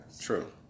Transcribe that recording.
True